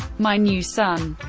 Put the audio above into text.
my new son!